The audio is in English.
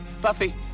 Buffy